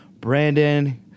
Brandon